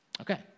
Okay